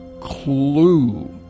clue